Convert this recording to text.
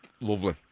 Lovely